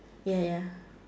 ya ya